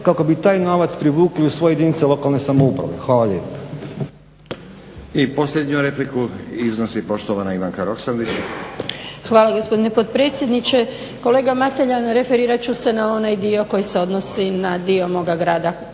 kako bi taj novac privukli u svoje jedinice lokalne samouprave. Hvala lijepo. **Stazić, Nenad (SDP)** I posljednju repliku iznosi poštovana Ivanka Roksandić. **Roksandić, Ivanka (HDZ)** Hvala gospodine potpredsjedniče. Kolega Mateljan, referirat ću se na onaj dio koji se odnosi na dio moga grada